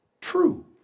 true